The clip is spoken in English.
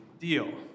deal